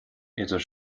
idir